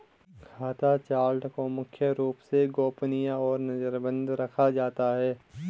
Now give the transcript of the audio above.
खाता चार्ट को मुख्य रूप से गोपनीय और नजरबन्द रखा जाता है